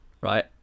right